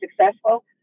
successful